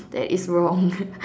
that is wrong